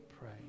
pray